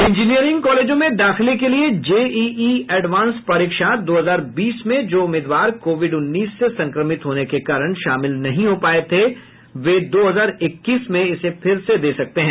engineering कॉलेजों में दाखिले के लिए जेईई एडवांस परीक्षा दो हजार बीस में जो उम्मीदवार कोविड उन्नीस से संक्रमित होने के कारण शामिल नहीं हो पाए थे वे दो हजार इक्कीस में इसे फिर से दे सकते हैं